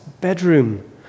bedroom